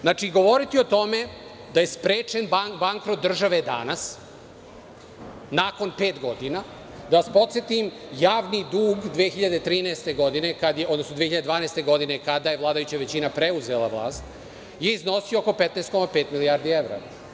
Znači, govoriti o tome da je sprečen bankrot države danas nakon pet godina, da vas podsetim javni dug 2013. godine, odnosno 2012. godine kada je vladajuća većina preuzela vlast, je iznosio oko 15,5 milijardi evra.